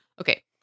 Okay